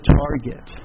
target